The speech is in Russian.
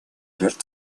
жертв